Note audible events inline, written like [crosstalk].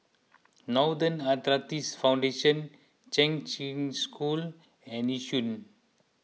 [unintelligible] Arthritis Foundation Kheng Cheng School and Yishun